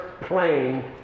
plane